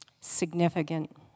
Significant